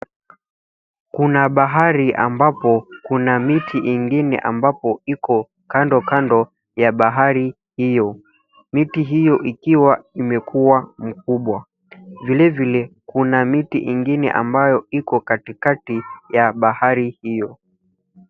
Kuna bahari ambapo kuna miti ingine ambapo iko kando ya bahari hiyo. Miti hiyo ikiwa imekuwa mkubwa. Vilevile kuna miti ingine ambayo iko katikati ya bahari hiyo.